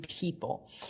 people